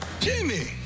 Jimmy